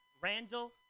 Randall